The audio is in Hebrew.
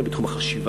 הן בתחום החשיבה,